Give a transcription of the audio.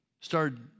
started